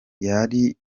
yari